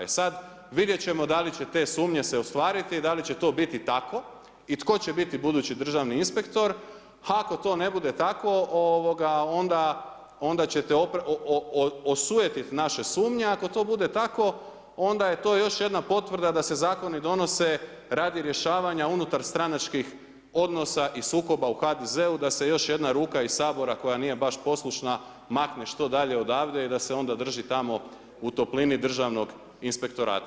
E sad, vidjet ćemo da li će te sumnje se ostvariti, da li će to biti tako i tko će biti budući državni inspektor, ako to ne bude tako onda ćete osujetit naše sumnje, ako to bude tako, onda je to još jedna potvrda da se zakoni donose radi rješavanja unutarstranačkih odnosa i sukoba u HDZ-u, da se još jedna ruka iz Sabora koja nije baš poslušna, makne što dalje odavde i da se onda drži tamo u toplini Državnog inspektorata.